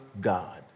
God